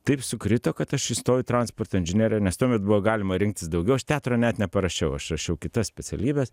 taip sukrito kad aš įstojau į transporto inžineriją nes tuomet buvo galima rinktis daugiau aš teatro net neparašiau aš rašiau kitas specialybes